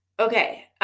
Okay